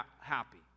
happy